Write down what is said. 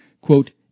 quote